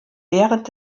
während